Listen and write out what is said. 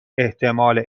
احتمال